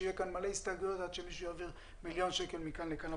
שיהיו כאן מלא הסתייגויות עד שמישהו יעביר מיליון שקל מכאן לכאן.